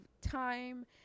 time